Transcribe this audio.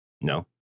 no